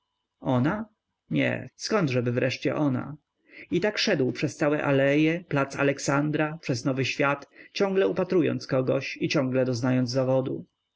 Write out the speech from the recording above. ona nie zkądżeby wreszcie ona i tak szedł przez całe aleje plac aleksandra przez nowy-świat ciągle upatrując kogoś i ciągle doznając zawodu